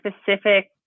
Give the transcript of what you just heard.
specific